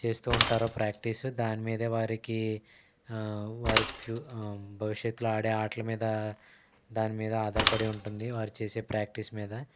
చేస్తూ ఉంటారో ప్రాక్టీసు దాని మీదే వారికి వారు ఫ్యు భవిష్యత్తులో ఆడే ఆటల మీద దాని మీద ఆధారపడి ఉంటుంది వారు చేసే ప్రాక్టీస్ మీద